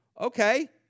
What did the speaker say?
Okay